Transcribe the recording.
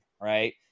right